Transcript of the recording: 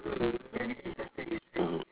mmhmm